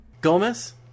gomez